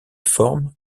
forme